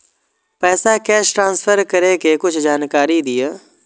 पैसा cash transfer करऐ कि कुछ जानकारी द दिअ